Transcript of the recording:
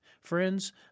Friends